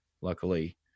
Luckily